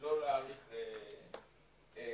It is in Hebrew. לא להאריך,